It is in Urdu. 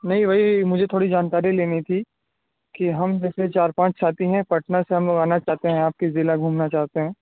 نہیں بھئی مجھے تھوڑی جانکاری لینی تھی کہ ہم جیسے چار پانچ ساتھی ہیں پٹنہ سے ہم لوگ آنا چاہتے ہیں آپ کے ضلع گھومنا چاہتے ہیں